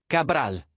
Cabral